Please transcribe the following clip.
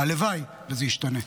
הלוואי שזה ישתנה.